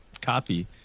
copy